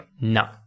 no